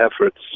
efforts